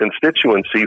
constituency